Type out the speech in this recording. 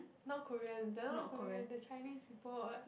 not Koreans they are not Koreans they are Chinese people what